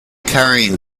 carrying